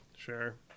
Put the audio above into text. Sure